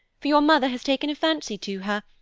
for your mother has taken a fancy to her,